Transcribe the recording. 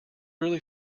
really